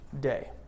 day